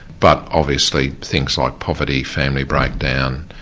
but obviously things like poverty, family breakdown,